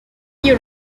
you